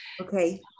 Okay